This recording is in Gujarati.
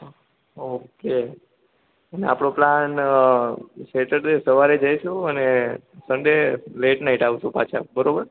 ઓકે અને આપડો પ્લાન સેટરડે સવારે જઈશું અને સંડે લેટ નાઈટ આવશું પાછા બરોબર